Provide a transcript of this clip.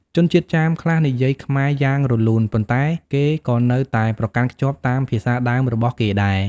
ជនជាតិចាមខ្លះនិយាយខ្មែរយ៉ាងរលូន ប៉ុន្តែគេក៏នៅតែប្រកាន់ខ្ជាប់តាមភាសាដើមរបស់គេដែរ។